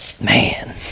Man